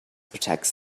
protects